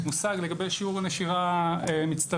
מושג לגבי שיעור הנשירה המצטברת.